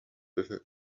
with